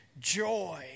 joy